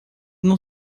não